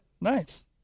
Nice